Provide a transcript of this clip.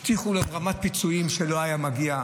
והבטיחו להם רמת פיצויים שלא היו מגיעים.